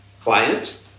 client